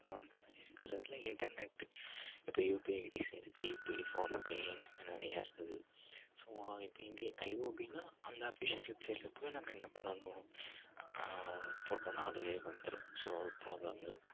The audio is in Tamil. ஸோ அந்த மாதிரி இருக்கிறதுல இன்டர்நெட்டு இப்போ யூபிஐ ஐடிஸ் வந்துச்சு ஜிபே ஃபோன்பே இந்த மாதிரி நிறையா இருக்குது ஸோ இப்போ இண்டியன் ஐஓபின்னா அந்த அஃபிஷியல் வெப்சைட்டில போய் நம்ம என்ன பண்ணனும் போட்டோன்னா அதுவே வந்துரும் ஸோ ப்ராப்ளம் இல்லை